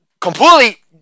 completely